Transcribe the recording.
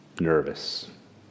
nervous